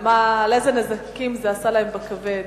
איזה נזקים זה עשה להם בכבד,